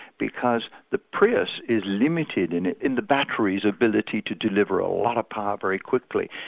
because the prius is limited in in the batteries' ability to deliver a lot of power very quickly,